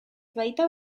baita